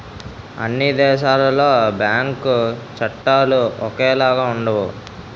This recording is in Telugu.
అన్ని దేశాలలో బ్యాంకు చట్టాలు ఒకేలాగా ఉండవు